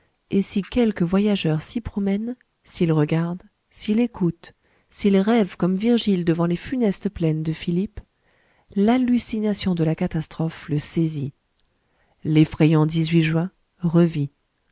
et si quelque voyageur s'y promène s'il regarde s'il écoute s'il rêve comme virgile devant les funestes plaines de philippes l'hallucination de la catastrophe le saisit l'effrayant juin revit